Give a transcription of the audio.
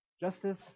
Justice